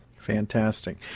Fantastic